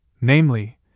namely